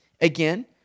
Again